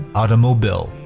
automobile